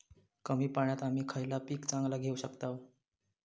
कमी पाण्यात आम्ही खयला पीक चांगला घेव शकताव?